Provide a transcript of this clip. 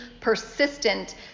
persistent